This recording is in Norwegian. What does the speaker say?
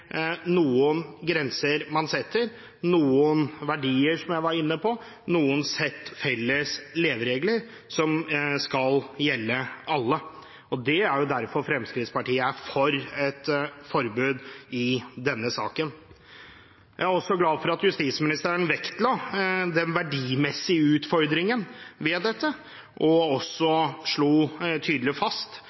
noen grenser man setter, man har noen verdier, som jeg var inne på – noen sett felles leveregler som skal gjelde alle. Det er jo derfor Fremskrittspartiet er for et forbud i denne saken. Jeg er også glad for at justisministeren vektla den verdimessige utfordringen ved dette, og slo tydelig fast